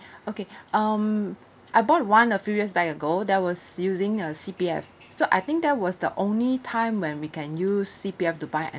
okay um I bought one a few years back ago that was using uh C_P_F so I think that was the only time when we can use C_P_F to buy an